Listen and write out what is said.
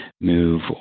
move